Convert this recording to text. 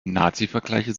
nazivergleiche